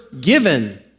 given